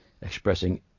expressing